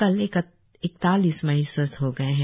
कल इकतालीस मरीज स्वस्थ हो गए है